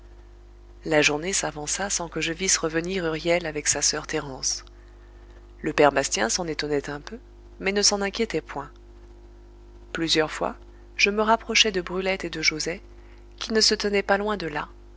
la journée s'avança sans que je visse revenir huriel avec sa soeur thérence le père bastien s'en étonnait un peu mais ne s'en inquiétait point plusieurs fois je me rapprochai de brulette et de joset qui ne se tenaient pas loin de là